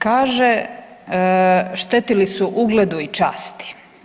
Kaže, štetili su ugledu i časti.